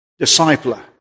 discipler